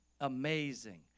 amazing